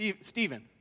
Stephen